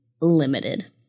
limited